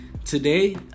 today